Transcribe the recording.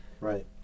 Right